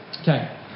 Okay